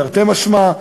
תרתי משמע,